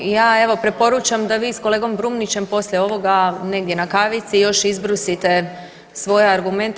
Ja evo preporučam da vi s kolegom Brumnićem poslije ovoga negdje na kavici još izbrusite svoje argumente.